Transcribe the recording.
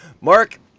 Mark